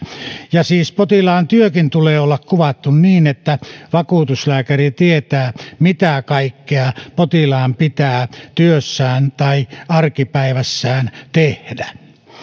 ja siis potilaan työkin tulee olla kuvattu niin että vakuutuslääkäri tietää mitä kaikkea potilaan pitää työssään tai arkipäivässään tehdä